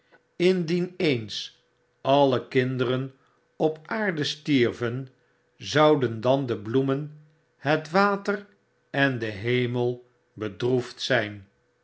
indien eens alle kinderen op aarde stierven zouden dan de bloemen het water en de hemel bedroefd zyn